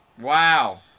Wow